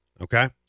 okay